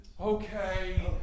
Okay